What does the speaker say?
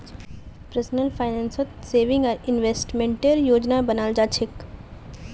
personal फाइनेंसत saving आर इन्वेस्टमेंटेर योजना बनाल जा छेक